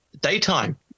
Daytime